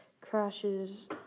crashes